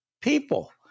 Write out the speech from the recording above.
people